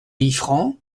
liffrand